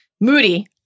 Moody